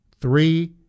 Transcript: three